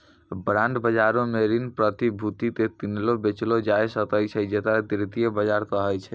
bond बजारो मे ऋण प्रतिभूति के किनलो बेचलो जाय सकै छै जेकरा द्वितीय बजार कहै छै